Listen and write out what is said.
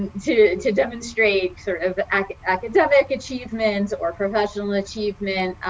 and to to demonstrate sort of the academic achievements or professional achievement.